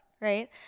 right